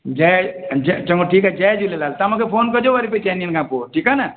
जय चङो ठीकु आहे जय झूलेलाल तव्हां मूंखे फोन कॼो वरी छहनि ॾींहंनि खां पोइ ठीकु आहे न